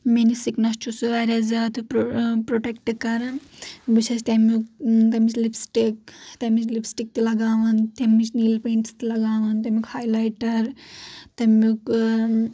میٲنِس سکِنس چھُ سہٕ واریاہ زیادٕ پرو پروٹکٹ کران بہٕ چھس تمیُک تمیچ لپسٹِک تمچ لپسٹِک تہِ لگاوان تمچ نیٖل پینٹس تہِ لگاوان تمیُک ہایلایٹر تمیُک